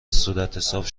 صورتحساب